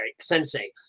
sensei